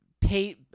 pay